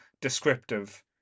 descriptive